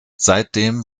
seitdem